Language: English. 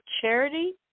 charity